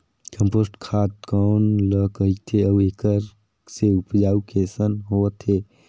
Compost खाद कौन ल कहिथे अउ एखर से उपजाऊ कैसन होत हे?